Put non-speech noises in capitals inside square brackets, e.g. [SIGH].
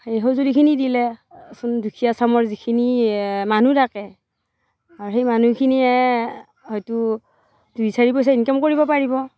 সেই সঁজুলিখিনি দিলে [UNINTELLIGIBLE] দুখীয়া চামৰ যিখিনি মানুহ থাকে সেই মানুহখিনিয়ে হয়তো দুই চাৰি পইচা ইনকাম কৰিব পাৰিব